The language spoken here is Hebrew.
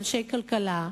מאנשי כלכלה,